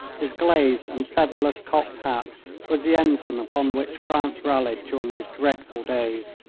his glazed and featherless cocked hat was the ensign upon which france rallied during those dreadful days.